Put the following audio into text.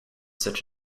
such